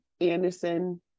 Anderson